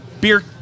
Beer